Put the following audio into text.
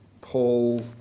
Paul